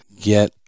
get